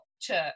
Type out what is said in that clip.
church